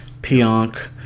Pionk